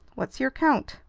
what's your count?